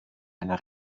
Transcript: einer